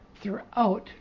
throughout